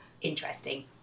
interesting